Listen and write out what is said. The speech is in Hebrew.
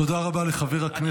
תודה רבה לחבר הכנסת אלקין.